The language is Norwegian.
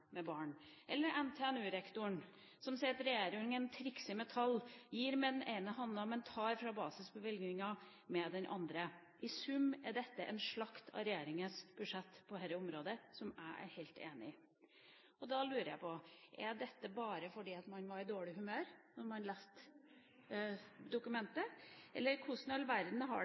med barn. Eller ta NTNU-rektoren som sier: «Regjeringen trikser med tall». Man gir med den ene handa, men tar fra basisbevilgningene med den andre. I sum er dette en slakt av regjeringas budsjett på dette området som jeg er helt enig i. Da lurer jeg på: Er dette bare fordi man var i dårlig humør da man leste dokumentet, eller hvordan i all verden har det